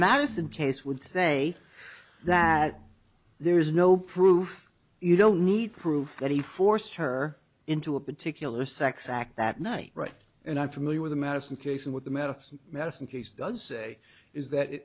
madison case would say that there is no proof you don't need proof that he forced her into a particular sex act that night right and i'm familiar with the madison case and what the medicine medicine case does say is that